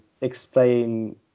explain